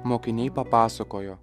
mokiniai papasakojo